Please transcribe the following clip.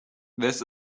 this